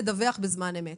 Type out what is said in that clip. לדווח בזמן אמת.